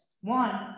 one